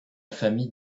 famille